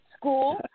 school